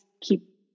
keep